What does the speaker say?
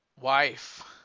wife